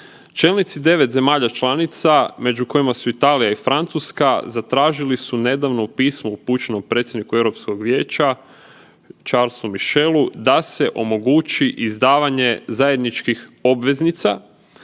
Čelnici 9 zemalja članica među kojima su Italija i Francuska zatražili su nedavno u pismu upućenom predsjedniku Europskog vijeća Charlesu Michelu da se omogući izdavanje zajedničkih obveznica